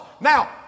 Now